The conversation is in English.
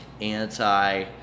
anti